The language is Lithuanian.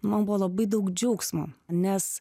man buvo labai daug džiaugsmo nes